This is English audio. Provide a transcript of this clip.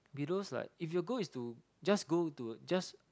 be those like if your goal is to just go to just